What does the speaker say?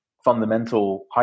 Fundamental